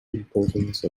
importance